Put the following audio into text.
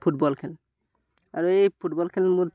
football খেল আৰু এই ফুটবল খেল মোৰ